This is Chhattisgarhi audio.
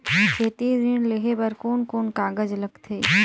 खेती ऋण लेहे बार कोन कोन कागज लगथे?